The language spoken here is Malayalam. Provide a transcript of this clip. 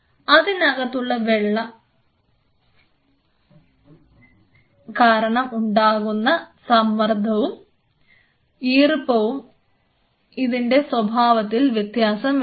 അതിനകത്തുള്ള വലിയ സമ്മർദവും ഈർപ്പവും ഇതിന്റെ സ്വഭാവത്തിൽ വ്യത്യാസം വരുത്തും